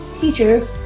Teacher